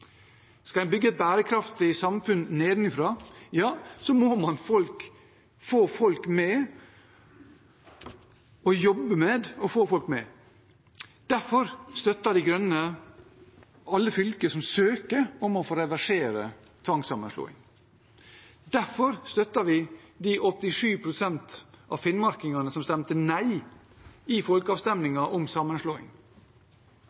Skal en bygge et bærekraftig samfunn nedenfra, må man få folk med og jobbe med å få folk med. Derfor støtter De Grønne alle fylker som søker om få reversere tvangssammenslåingen. Derfor støtter vi de 87 pst. av finnmarkingene som stemte nei i